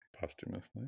Posthumously